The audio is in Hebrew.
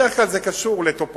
בדרך כלל זה קשור לטופוגרפיה,